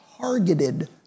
targeted